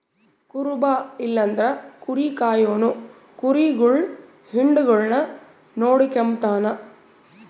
ಕುರುಬ ಇಲ್ಲಂದ್ರ ಕುರಿ ಕಾಯೋನು ಕುರಿಗುಳ್ ಹಿಂಡುಗುಳ್ನ ನೋಡಿಕೆಂಬತಾನ